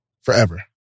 forever